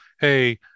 Hey